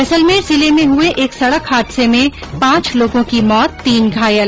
जैसलमेर जिले में हुए एक सड़क हादसे में पांच लोगों की मौत तीन घायल